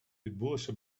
відбулося